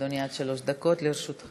אדוני, בבקשה, עד שלוש דקות לרשותך.